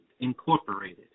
Incorporated